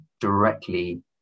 directly